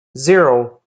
zero